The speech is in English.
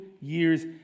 years